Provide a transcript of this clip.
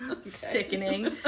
Sickening